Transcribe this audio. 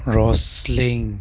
Roslin